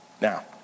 Now